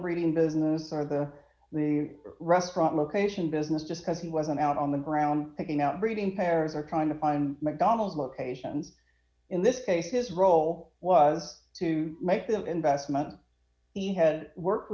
breeding business are the restaurant location business just as he wasn't out on the ground taking out breeding pairs or trying to mcdonald's locations in this case his role was to make the investment he had worked